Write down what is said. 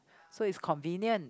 so it's convenient